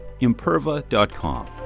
imperva.com